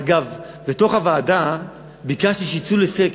אגב, ביקשתי שיצאו לסקר,